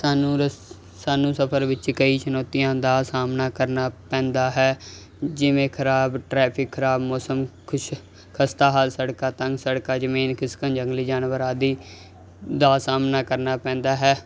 ਸਾਨੂੰ ਰਸ ਸਾਨੂੰ ਸਫ਼ਰ ਵਿੱਚ ਕਈ ਚੁਨੌਤੀਆਂ ਦਾ ਸਾਹਮਣਾ ਕਰਨਾ ਪੈਂਦਾ ਹੈ ਜਿਵੇਂ ਖਰਾਬ ਟਰੈਫਿਕ ਖਰਾਬ ਮੌਸਮ ਖੁਸ਼ ਖਸਤਾ ਹਾਲ ਸੜਕਾਂ ਤੰਗ ਸੜਕਾਂ ਜ਼ਮੀਨ ਖਿਸਕਣ ਜੰਗਲੀ ਜਾਨਵਰ ਆਦਿ ਦਾ ਸਾਹਮਣਾ ਕਰਨਾ ਪੈਂਦਾ ਹੈ